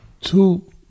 two